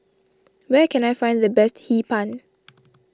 where can I find the best Hee Pan